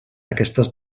aquestes